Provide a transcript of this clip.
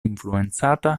influenzata